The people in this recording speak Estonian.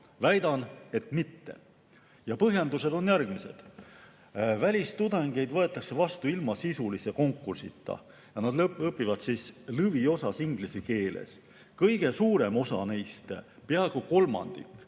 Väidan, et mitte. Põhjendused on järgmised. Välistudengeid võetakse vastu ilma sisulise konkursita ja nad õpivad lõviosas inglise keeles. Kõige suurem osa neist, peaaegu kolmandik,